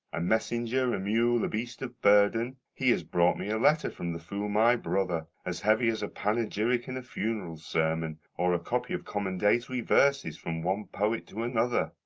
a messenger, a mule, a beast of burden, he has brought me a letter from the fool my brother, as heavy as a panegyric in a funeral sermon, or a copy of commendatory verses from one poet to another.